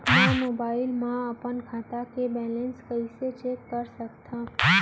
मैं मोबाइल मा अपन खाता के बैलेन्स कइसे चेक कर सकत हव?